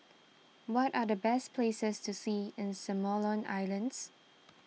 what are the best places to see in Solomon Islands